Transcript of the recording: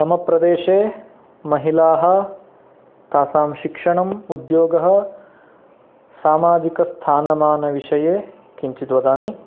मम प्रदेशे महिलाः तासां शिक्षणम् उद्योगः सामाजिकस्थानमानविषये किञ्चित् वदामि